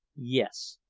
yes,